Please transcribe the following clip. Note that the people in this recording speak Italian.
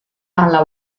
alla